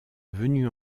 venu